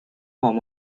form